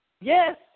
yes